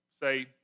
say